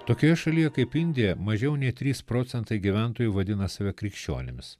tokioje šalyje kaip indija mažiau nei trys procentai gyventojų vadina save krikščionimis